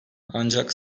ancak